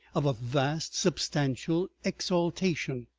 of a vast substantial exaltation.